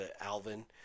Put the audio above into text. Alvin